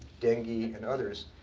dengue, and others.